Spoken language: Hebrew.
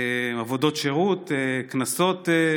עבודות שירות, קנסות,